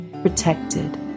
protected